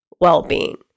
well-being